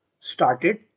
started